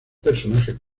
personajes